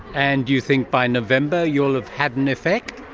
and do you think by november you will have had an effect?